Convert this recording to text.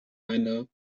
eine